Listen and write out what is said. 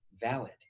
valid